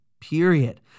period